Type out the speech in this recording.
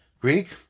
Greek